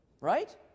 Right